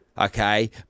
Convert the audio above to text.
okay